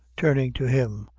turning to him,